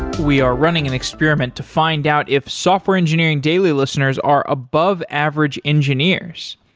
we are running an experiment to find out if software engineering daily listeners are above average engineers.